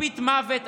כפית מוות.